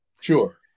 Sure